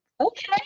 okay